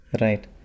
Right